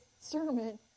sermon